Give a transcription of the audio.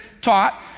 taught